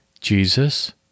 Jesus